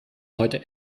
heute